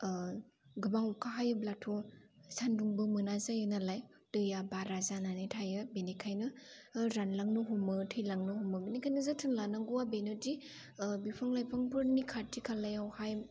गोबां अखा हायोब्लाथ' सान्दुंबो मोना जायो नालाय दैया बारा जानानै थायो बेनिखायनो रानलांनो हमो थैलांनो हमो बेनिखायनो जोथोन लानांगौआ बेनोदि बिफां लाइफांफोरनि खाथि खालायावहाय